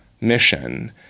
mission